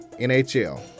NHL